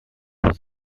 was